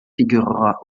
figurera